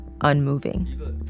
unmoving